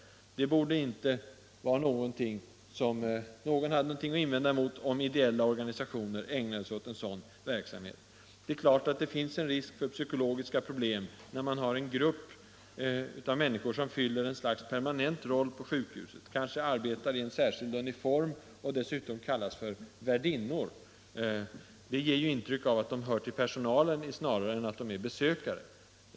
Ingen borde väl ha någonting att invända mot att ideella organisationer ägnar sig åt sådan verksamhet. Det är klart att det finns en risk för psykologiska problem, om man har en grupp av människor som fyller Nr 87 ett slags permanent roll på sjukhusen, som kanske arbetar i en särskild Torsdagen den uniform och som dessutom kallas för värdinnor — det ger ju snarare 22 maj 1975 intryck av att de hör till personalen än att de är besökare.